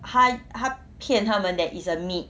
他他骗他们 that it's a meat